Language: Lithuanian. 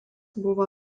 buvo